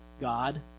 God